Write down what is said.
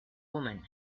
woman